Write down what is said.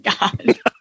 God